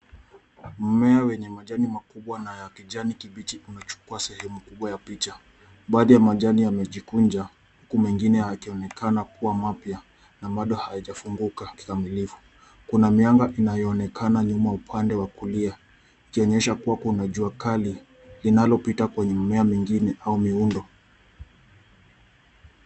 Mimea ni majani makubwa na ya kijani kibichi umechukuwa sehemu kubwa ya picha baadhi ya majani yamejikunja huku mengine yakionekana kuwa mapya na bado haijafunguka kikamilifu ,kuna mianga inayoonekana nyuma upande wa kulia ikionyesha kuwa kuna jua kali linalopita kwenye mmea au muundo.